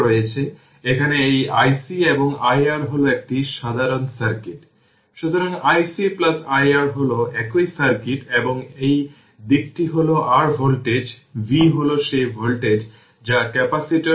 এটি 0368 তার মানে যদি একটি শতাংশে নেওয়া হয় যা ইনিশিয়াল ভ্যালু এর 368 শতাংশ হয়